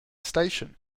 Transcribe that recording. station